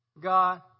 God